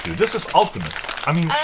this is ultimate i mean. i